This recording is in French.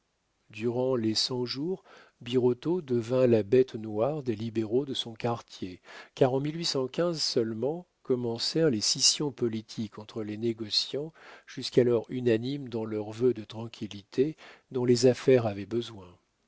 durant les cent jours birotteau devint la bête noire des libéraux de son quartier car en seulement commencèrent les scissions politiques entre les négociants jusqu'alors unanimes dans leurs vœux de tranquillité dont les affaires avaient besoin